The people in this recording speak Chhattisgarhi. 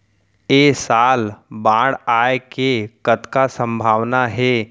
ऐ साल बाढ़ आय के कतका संभावना हे?